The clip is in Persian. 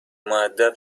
مودب